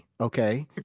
Okay